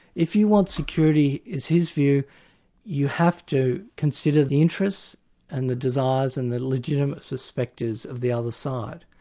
if you want security, it's his view you have to consider the interests and the desires and the legitimate perspectives of the other side,